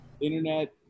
internet